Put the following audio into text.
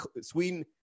Sweden